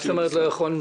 מה זאת אומרת לא יכולנו?